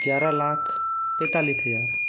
ग्यारह लाख तैंतालीस हज़ार